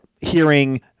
hearing